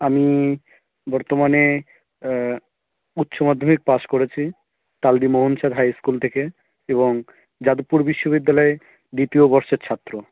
আমি বর্তমানে উচ্চমাধ্যমিক পাস করেছি তালদি মোহনচাঁদ হাই স্কুল থেকে এবং যাদবপুর বিশ্ববিদ্যালয়ে দ্বিতীয় বর্ষের ছাত্র